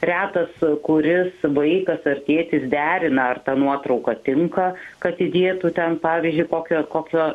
retas kuris vaikas ar tėtis derina ar ta nuotrauka tinka kad įdėtų ten pavyzdžiui kokio kokio